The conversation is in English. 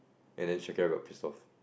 and then Shakira got pissed off